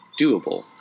doable